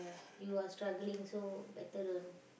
you are struggling so better don't